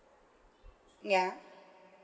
yeah